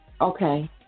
Okay